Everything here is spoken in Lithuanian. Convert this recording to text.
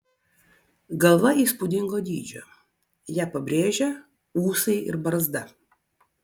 galva įspūdingo dydžio ją pabrėžia ūsai ir barzda